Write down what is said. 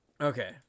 Okay